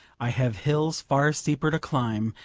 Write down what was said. i have hills far steeper to climb,